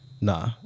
Nah